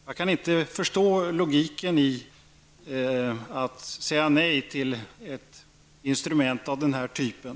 Jag kan inte förstå logiken i att säga nej till ett instrument av det här typen.